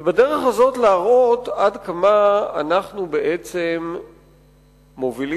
ובדרך הזאת להראות עד כמה אנחנו בעצם מובילים